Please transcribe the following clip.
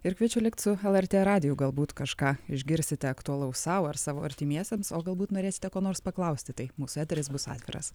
ir kviečiu likt su lrt radiju galbūt kažką išgirsite aktualaus sau ar savo artimiesiems o galbūt norėsite ko nors paklausti tai mūsų eteris bus atviras